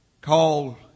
call